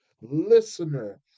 listener